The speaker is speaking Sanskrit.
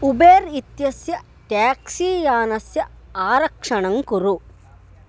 उबेर् इत्यस्य ट्याक्सी यानस्य आरक्षणं कुरु